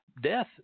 death